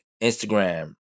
Instagram